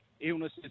illnesses